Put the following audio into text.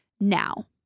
now